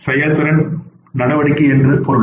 செயல்திறன் நடவடிக்கை என்று பொருள்